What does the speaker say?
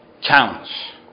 challenge